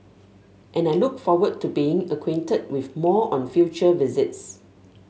and I look forward to being acquainted with more on future visits